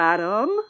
Adam